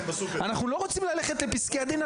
אנחנו לא רוצים ללכת לפסקי הדין,